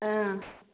ꯑꯥ